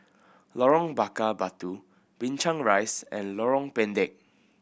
Lorong Bakar Batu Binchang Rise and Lorong Pendek